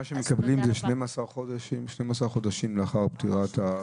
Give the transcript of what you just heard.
מה שהם מקבלים זה 12 חודשים לאחר פטירת ה-